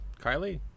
Kylie